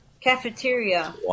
cafeteria